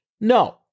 No